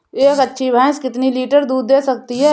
एक अच्छी भैंस कितनी लीटर दूध दे सकती है?